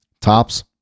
Tops